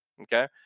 Okay